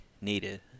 needed